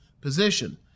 position